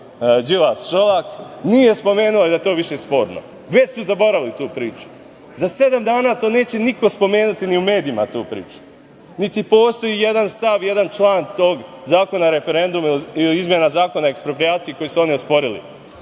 Đilas – Šolak nije spomenuo da je to više sporno. Već su zaboravili tu priču. Za sedam dana to neće niko spomenuti ni u medijima tu priču, niti postoji jedan stav, jedan član tog Zakona o referendumu i izmena Zakon o eksproprijaciji koji su oni osporili. Ono